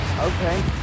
Okay